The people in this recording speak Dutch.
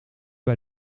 bij